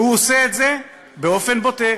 והוא עושה את זה באופן בוטה